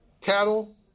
cattle